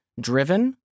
driven